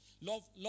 love